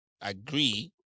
agree